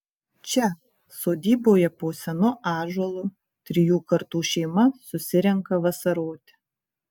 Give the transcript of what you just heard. čia sodyboje po senu ąžuolu trijų kartų šeima susirenka vasaroti